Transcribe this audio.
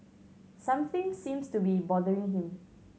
something seems to be bothering him